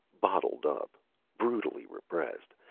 bottled-up brutally repressed,